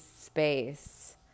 space